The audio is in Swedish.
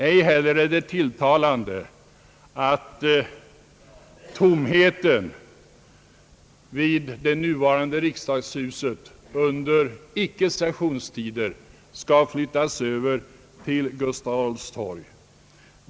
Ej heller är det tilltalande att tomheten vid det nuvarande riksdagshuset under icke-sessionstider skall flyttas över till Gustav Adolfs torg.